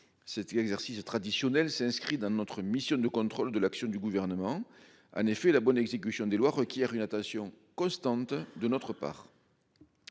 cet exercice traditionnel, c'est inscrit dans notre mission de contrôle de l'action du gouvernement en effet la bonne exécution des lois requiert une attention constante de notre part.